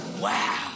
Wow